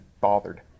bothered